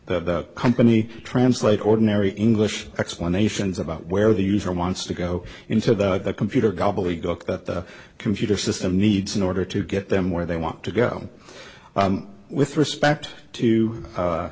the company translate ordinary english explanations about where the user wants to go into the computer gobbledygook that the computer system needs in order to get them where they want to go with respect to